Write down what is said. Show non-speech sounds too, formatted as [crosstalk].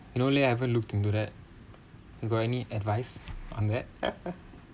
no leh I haven't looked into that you got any advice on that [laughs]